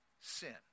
sin